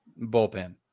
bullpen